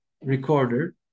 Recorder